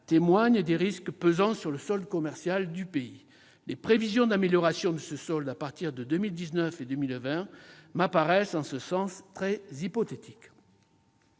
témoigne des risques pesant sur le solde commercial du pays. Les prévisions d'amélioration de ce solde à partir de 2019 et 2020 m'apparaissent, en ce sens, très hypothétiques.